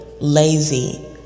lazy